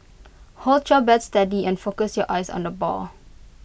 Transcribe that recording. hold your bat steady and focus your eyes on the ball